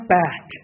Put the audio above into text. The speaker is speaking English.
back